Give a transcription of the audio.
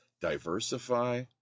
diversify